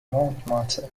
montmartre